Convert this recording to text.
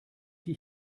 die